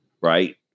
right